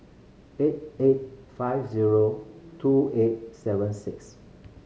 eight eight five zero two eight seven six